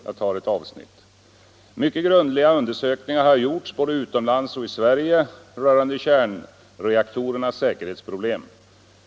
Där sade han bl.a. följande: ”Mycket grundliga undersökningar har gjorts, både utomlands och i Sverige, rörande kärnreaktorernas säkerhetsproblem.